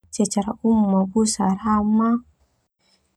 Secara umum busa hama.